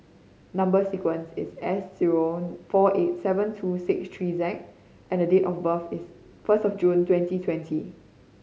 number sequence is S zero four eight seven two six three Z and date of birth is first of June twenty twenty